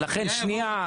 שנייה,